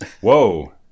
Whoa